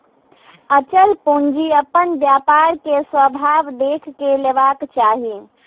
अचल पूंजी अपन व्यापार के स्वभाव देख के लेबाक चाही